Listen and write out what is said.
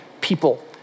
people